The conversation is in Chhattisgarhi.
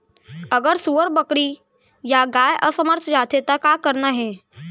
अगर सुअर, बकरी या गाय असमर्थ जाथे ता का करना हे?